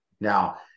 Now